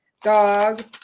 dog